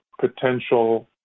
potential